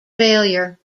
failure